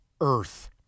earth